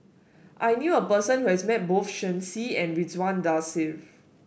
I knew a person who has met both Shen Xi and Ridzwan Dzafir